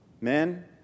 Men